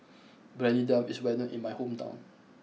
Briyani Dum is well known in my hometown